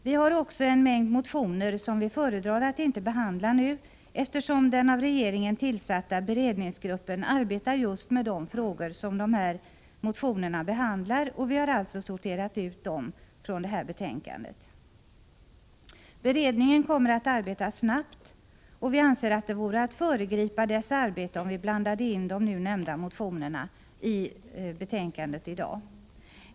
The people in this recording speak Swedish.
Vi har också en mängd motioner som vi föredrar att inte behandla nu, eftersom den av regeringen tillsatta beredningsgruppen arbetar just med de frågor som behandlas i dessa motioner, och vi har alltså sorterat ut dem från detta betänkande. Beredningen kommer att arbeta snabbt, och vi anser att det vore att föregripa dess arbete, om vi blandade in de nu nämnda motionerna i det nu aktuella betänkandet.